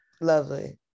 Lovely